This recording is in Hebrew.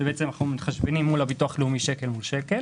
כאשר אנחנו מתחשבנים מול הביטוח הלאומי שקל מול שקל,